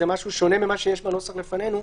כי זה משהו שונה ממה שיש בנוסח לפנינו.